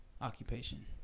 Occupation